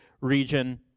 region